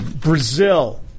Brazil